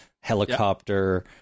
helicopter